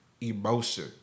emotion